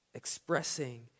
expressing